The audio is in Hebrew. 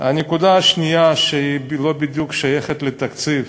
הנקודה השנייה, שלא בדיוק שייכת לתקציב.